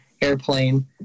airplane